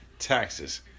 Taxes